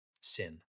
sin